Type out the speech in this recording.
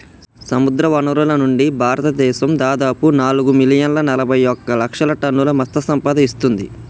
సముద్రవనరుల నుండి, భారతదేశం దాదాపు నాలుగు మిలియన్ల నలబైఒక లక్షల టన్నుల మత్ససంపద ఇస్తుంది